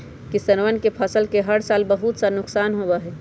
किसनवन के फसल के हर साल बहुत सा नुकसान होबा हई